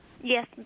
Yes